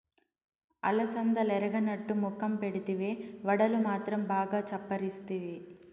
అలసందలెరగనట్టు మొఖం పెడితివే, వడలు మాత్రం బాగా చప్పరిస్తివి